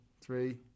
three